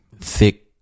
thick